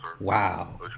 Wow